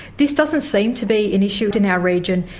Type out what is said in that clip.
this doesn't seem to be an issue in our region.